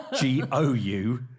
G-O-U